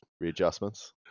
readjustments